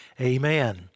Amen